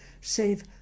save